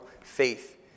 faith